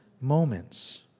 moments